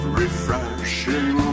refreshing